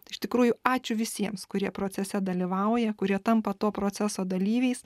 iš tikrųjų ačiū visiems kurie procese dalyvauja kurie tampa to proceso dalyviais